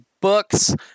books